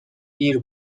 دیر